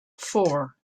four